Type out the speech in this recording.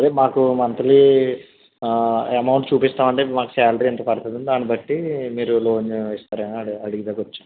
అదే మాకు monthly amount చూపిస్తాము అండి మాకు శాలరీ ఎంత పడుతుందో దాన్ని బట్టి మీరు లోన్ ఇస్తారు ఏమో అని అడగడానికి వచ్చాము